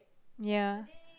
ya